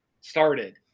started